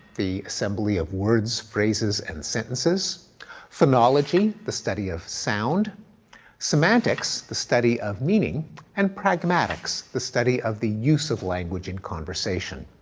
the assembly of words, phrases and sentences phonology, the study of sound semantics, the study of meaning and pragmatics, the study of the use of language in conversation.